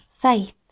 faith